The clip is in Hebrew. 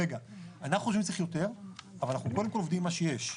אנחנו חושבים שצריך יותר אבל אנחנו קודם כל עובדים עם מה שיש.